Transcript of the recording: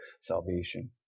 salvation